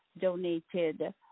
donated